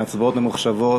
מהצבעות ממוחשבות.